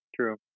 true